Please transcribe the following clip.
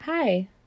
Hi